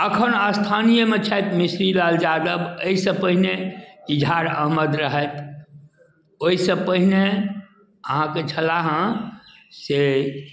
एखन स्थानीयमे छथि मिसरी लाल जादव एहिसँ पहिने इजहार अहमद रहथि ओहिसँ पहिने अहाँक छलाह हँ से